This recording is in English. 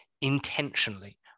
intentionally